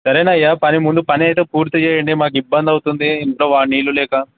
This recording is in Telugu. సరేనయ్యా పని ముందు పని అయితే పూర్తి చేయండి మాకు ఇబ్బంది అవుతుంది ఇంట్లో నీళ్లు లేక